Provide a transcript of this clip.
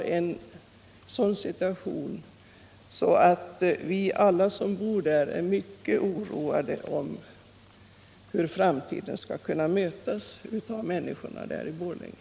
Men situationen är sådan att alla vi som bor där är mycket oroade när det gäller hur framtiden skall kunna mötas av människorna i Borlänge.